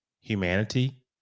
humanity